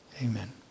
Amen